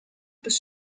bis